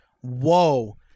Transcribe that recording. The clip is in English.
Whoa